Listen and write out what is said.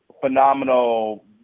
phenomenal